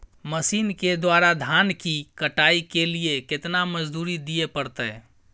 Machine के द्वारा धान की कटाइ के लिये केतना मजदूरी दिये परतय?